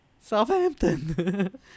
Southampton